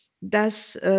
dass